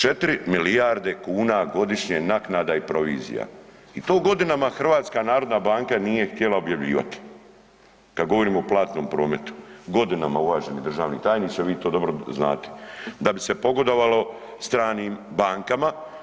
4 milijarde kuna godišnje naknada i provizija i to godinama HNB nije htjela objavljivati, kada govorimo o platnom prometu godinama, uvaženi državni tajniče vi to dobro znate da bi se pogodovalo stranim bankama.